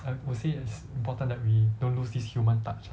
I would say it is important that we don't lose this human touch ah